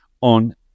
on